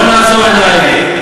בואו נעצום עיניים,